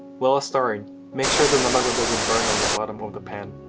while stirring, make sure the namago doesn't burn on the bottom of the pan.